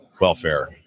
welfare